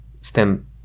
STEM